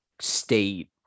state